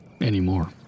Anymore